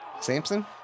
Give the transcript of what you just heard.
Samson